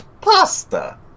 pasta